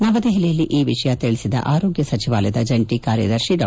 ನವದೆಹಲಿಯಲ್ಲಿ ಈ ವಿಷಯ ತಿಳಿಸಿದ ಆರೋಗ್ಯ ಸಚಿವಾಲಯದ ಜಂಟಿ ಕಾರ್ಯದರ್ಶಿ ಡಾ